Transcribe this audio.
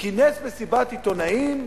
כינס מסיבת עיתונאים,